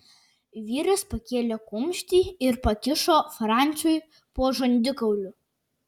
vyras pakėlė kumštį ir pakišo franciui po žandikauliu